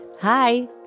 Hi